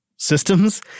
systems